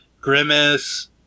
Grimace